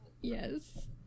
Yes